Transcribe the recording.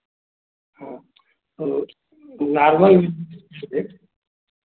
हाँ और नॉर्मल